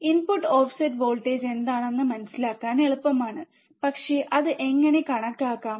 input offset voltage എന്താണെന്ന് മനസിലാക്കാൻ എളുപ്പമാണ് പക്ഷേ അത് എങ്ങനെ കണക്കാക്കാം